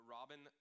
Robin